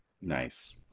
Nice